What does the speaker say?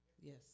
Yes